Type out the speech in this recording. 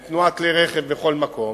ותנועת כלי רכב בכל מקום,